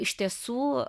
iš tiesų